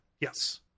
yes